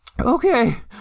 Okay